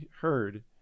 heard